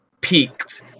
peaked